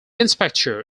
inspector